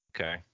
Okay